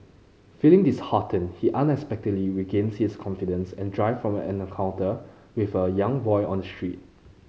feeling disheartened he unexpectedly regains his confidence and drive from an encounter with a young boy on the street